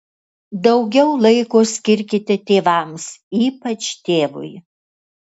daugiau laiko skirkite tėvams ypač tėvui